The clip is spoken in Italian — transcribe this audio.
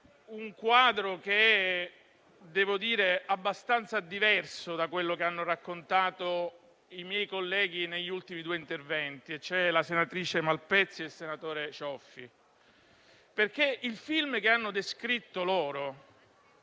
un quadro che reputo abbastanza diverso da quello che hanno raccontato i miei colleghi negli ultimi due interventi, e cioè la senatrice Malpezzi e il senatore Cioffi. Infatti, quello che hanno descritto loro